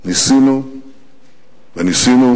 ניסינו וניסינו